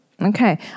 Okay